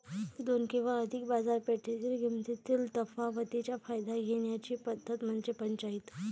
दोन किंवा अधिक बाजारपेठेतील किमतीतील तफावतीचा फायदा घेण्याची पद्धत म्हणजे पंचाईत